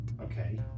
Okay